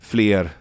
Fler